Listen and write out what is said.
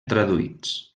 traduïts